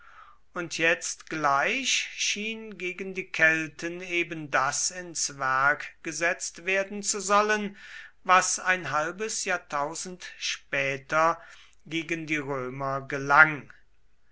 und jetzt gleich schien gegen die kelten ebendas ins werk gesetzt werden zu sollen was ein halbes jahrtausend später gegen die römer gelang